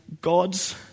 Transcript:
God's